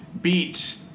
beat